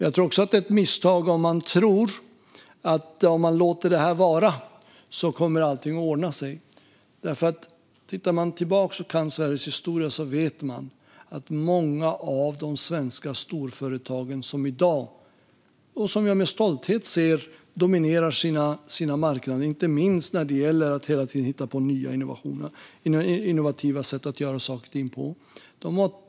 Jag tror också att det är ett misstag att tro att allting kommer att ordna sig om man låter detta vara. Om man kan Sveriges historia vet man hur det varit för många av de svenska storföretag som i dag dominerar sina marknader, vilket jag med stolthet ser, inte minst när det gäller att hela tiden hitta på nya innovativa sätt att göra saker och ting på.